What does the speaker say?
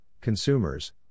consumers